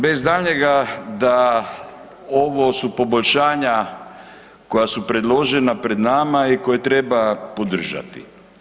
Bez daljnjega da ovo su poboljšanja koja su predložena pred nam i koje treba podržati.